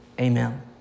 amen